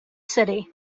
city